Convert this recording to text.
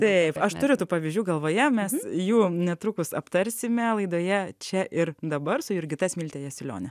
taip aš turiu tų pavyzdžių galvoje mes jų netrukus aptarsime laidoje čia ir dabar su jurgita smilte jasiulione